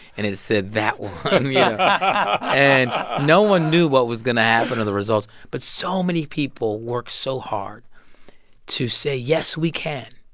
and it said that one yeah but and no one knew what was going to happen to the results. but so many people worked so hard to say, yes we can.